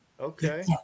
Okay